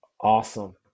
Awesome